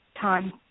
time